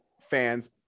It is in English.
fans